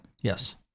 Yes